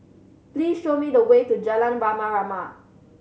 please show me the way to Jalan Rama Rama